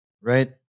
right